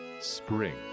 Spring